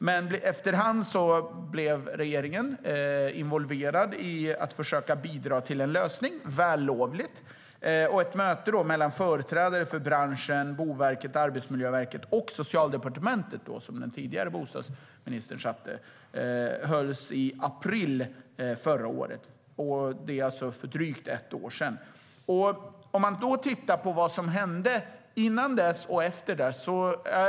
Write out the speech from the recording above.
Men efterhand blev regeringen involverad i att försöka bidra till en lösning - det var vällovligt - och ett möte mellan företrädare för branschen, Boverket, Arbetsmiljöverket och Socialdepartementet, som den tidigare bostadsministern satt i, hölls i april förra året. Det är alltså för drygt ett år sedan. Man kan titta på vad som hände innan dess och efter dess.